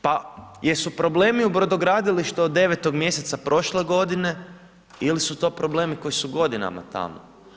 Pa jesu problemu u brodogradilištu od 9.mj prošle godine ili su to problemi koji su godinama tamo?